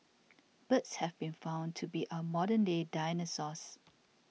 birds have been found to be our modern day dinosaurs